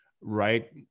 right